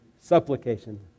supplication